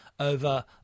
Over